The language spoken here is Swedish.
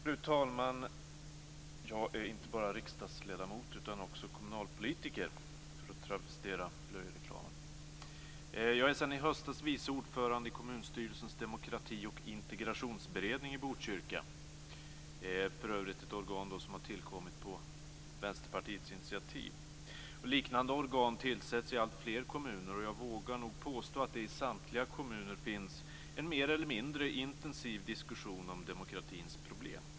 Fru talman! Jag är inte bara riksdagsledamot, utan också kommunalpolitiker, för att travestera blöjreklamen. Jag är sedan i höstas vice ordförande i kommunstyrelsens demokrati och integrationsberedning i Botkyrka söder om Stockholm - för övrigt ett organ som tillkommit på Vänsterpartiets initiativ. Liknande organ tillsätts i alltfler kommuner, och jag vågar nog påstå att det i samtliga kommuner finns en mer eller mindre intensiv diskussion om demokratins problem.